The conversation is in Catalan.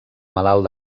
malalt